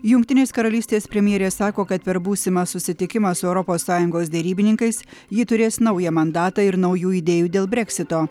jungtinės karalystės premjerė sako kad per būsimą susitikimą su europos sąjungos derybininkais ji turės naują mandatą ir naujų idėjų dėl breksito